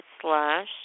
slash